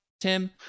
Tim